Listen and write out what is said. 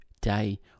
day